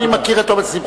אני מכיר את אומץ לבך,